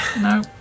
No